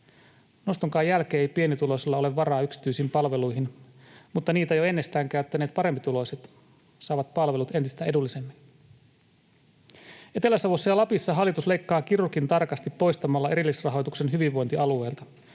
Nostonkaan jälkeen ei pienituloisella ole varaa yksityisiin palveluihin, mutta niitä jo ennestään käyttäneet parempituloiset saavat palvelut entistä edullisemmin. Etelä-Savossa ja Lapissa hallitus leikkaa kirurgintarkasti poistamalla erillisrahoituksen hyvinvointialueilta,